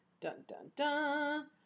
dun-dun-dun